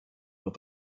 had